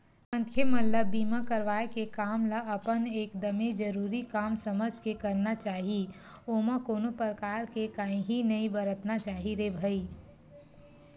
मनखे मन ल बीमा करवाय के काम ल अपन एकदमे जरुरी काम समझ के करना चाही ओमा कोनो परकार के काइही नइ बरतना चाही रे भई